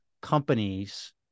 companies